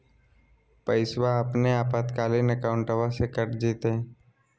पैस्वा अपने आपातकालीन अकाउंटबा से कट जयते?